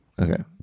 okay